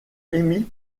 émis